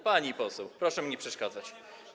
Pani poseł, proszę mi nie przeszkadzać.